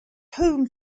home